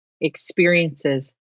experiences